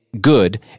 good